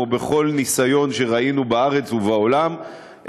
כמו בכל ניסיון שראינו בארץ ובעולם,